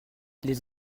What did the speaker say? les